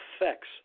affects